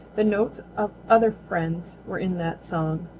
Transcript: the notes of other friends were in that song,